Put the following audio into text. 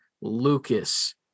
Lucas